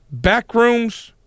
backrooms